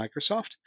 Microsoft